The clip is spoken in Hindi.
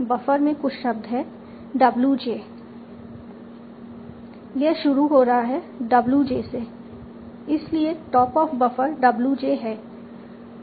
बफर में कुछ शब्द है w j यह शुरू हो रहा है w j से इसीलिए top of buffer w j है